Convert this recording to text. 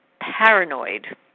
paranoid